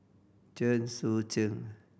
Chen Sucheng